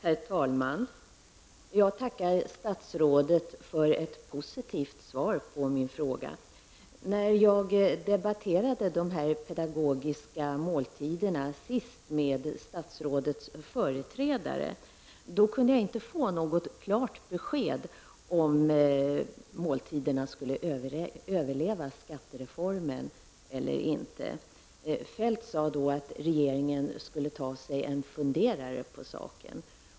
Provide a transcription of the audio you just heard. Herr talman! Jag tackar statsrådet för ett positivt svar på min fråga. När jag senast debatterade de pedagogiska måltiderna med statsrådets föregångare kunde jag inte få något klart besked på frågan, om måltiderna skulle överleva skattereformen eller inte. Feldt sade då att regeringen skulle ta sig en funderare på saken.